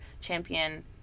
champion